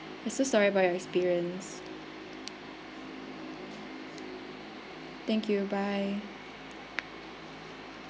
so sorry about your experience thank you bye